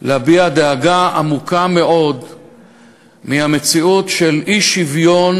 להביע דאגה עמוקה מאוד מהמציאות של אי-שוויון